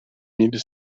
mille